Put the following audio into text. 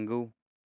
नोंगौ